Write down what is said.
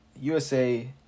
USA